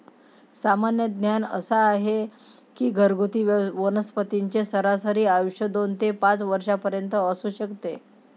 सामान्य ज्ञान असा आहे की घरगुती वनस्पतींचे सरासरी आयुष्य दोन ते पाच वर्षांपर्यंत असू शकते